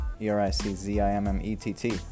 E-R-I-C-Z-I-M-M-E-T-T